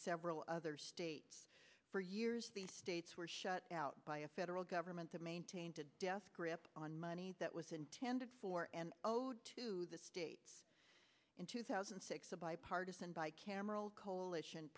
several other states for years the states were shut out by a federal government to maintain to death grip on money that was intended for and owed to the state in two thousand and six a bipartisan buy camera coalition